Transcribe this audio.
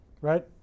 right